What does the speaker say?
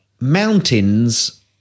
mountains